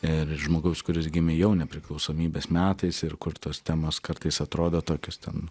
ir žmogaus kuris gimė jau nepriklausomybės metais ir kur tos temos kartais atrodo tokios ten